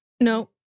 No